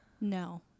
No